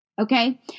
Okay